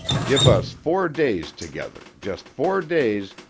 give us four days together, just four days,